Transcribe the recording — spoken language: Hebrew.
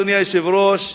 אדוני היושב-ראש,